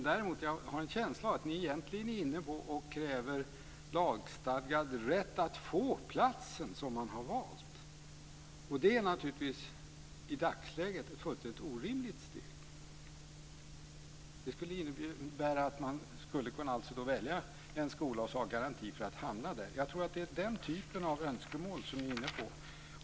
Däremot har jag en känsla av att ni egentligen är inne på krav om lagstadgad rätt att få den plats som valts. I dagsläget är det naturligtvis ett fullständigt orimligt steg. Det skulle ju innebära att man skulle kunna välja en skola och sedan ha en garanti för att också hamna där. Jag tror att det är den typen av önskemål som ni är inne på.